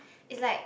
is like